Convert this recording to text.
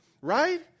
Right